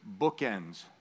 bookends